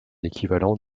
équivalent